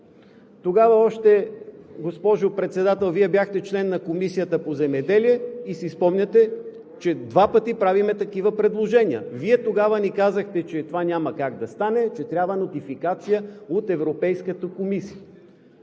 Тогава, госпожо Председател, Вие бяхте член на Комисията по земеделие и си спомняте, че два пъти правихме такива предложения. Вие тогава ни казахте, че това няма как да стане, че трябва нотификация от Европейската комисия.